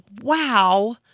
Wow